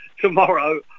tomorrow